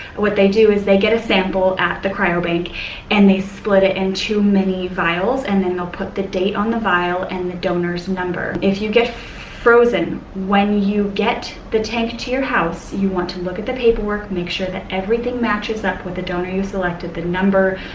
what they do is they get a sample at the cryobank and they split it into many vials and then they'll put the date on the vial and the donor's number. if you get frozen, when you get the tank to your house, you want to look at the paperwork. make sure that everything matches up with the donor you've selected the number,